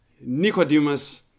Nicodemus